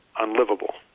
unlivable